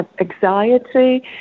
anxiety